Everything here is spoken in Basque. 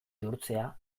bihurtzea